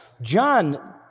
John